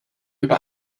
über